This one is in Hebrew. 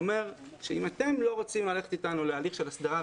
אומר שאם אתם לא רוצים ללכת אתנו להליך של הסדרה,